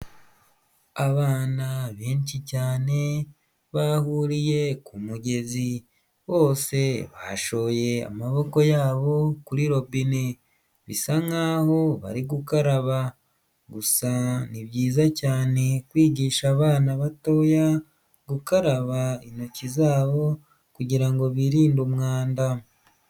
Abana benshi cyane bahuriye ku mugezi bose bashoye amaboko yabo kuri robine bisa nkaho bari gukaraba gusa ni byiza cyane kwigisha abana batoya gukaraba intoki zabo kugira ngo birinde umwanda.